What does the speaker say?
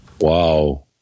Wow